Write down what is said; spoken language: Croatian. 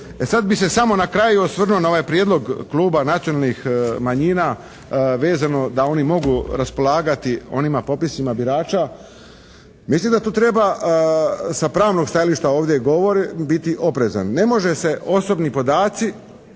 sad bi se samo na kraju osvrnuo na ovaj prijedlog Kluba nacionalnih manjina vezano da oni mogu raspolagati onima popisima birača. Mislim da tu treba, sa pravnog stajališta ovdje govori, biti oprezan. Ne može se osobni podaci